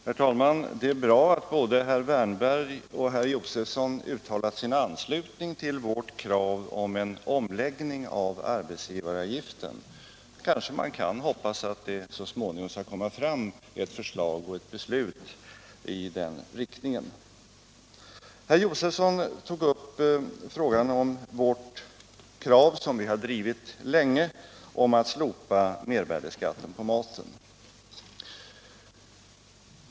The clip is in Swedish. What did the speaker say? Herr talman! Det är bra att både herr Wärnberg och herr Josefson uttalat sin anslutning till vårt krav på en omläggning av arbetsgivaravgiften. Kanske kan man hoppas att det så småningom skall komma fram ett förslag och ett beslut i den riktningen. Herr Josefson tog upp det krav som vi har drivit länge om att slopa mervärdeskatten på maten.